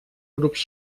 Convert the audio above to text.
grups